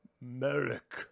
Merrick